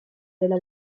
della